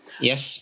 Yes